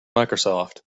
microsoft